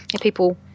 people